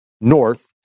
north